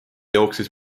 jooksis